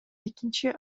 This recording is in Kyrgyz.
экинчи